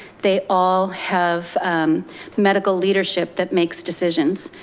they all have medical leadership that makes decisions.